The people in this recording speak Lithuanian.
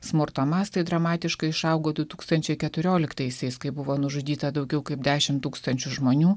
smurto mastai dramatiškai išaugo du tūkstančiai keturioliktaisiais kai buvo nužudyta daugiau kaip dešim tūkstančių žmonių